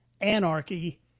anarchy